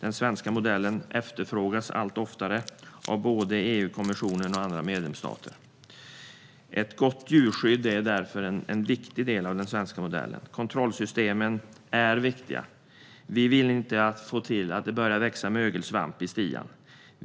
Den efterfrågas allt oftare av både EU-kommissionen och andra medlemsstater. Ett gott djurskydd är därför en viktig del av den svenska modellen. Kontrollsystemen är viktiga. Vi vill inte att det börjar växa mögelsvamp i stian.